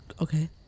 Okay